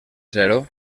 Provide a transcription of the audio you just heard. zero